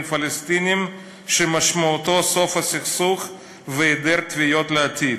הפלסטינים שמשמעותו סוף הסכסוך והיעדר תביעות לעתיד.